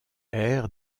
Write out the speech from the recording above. air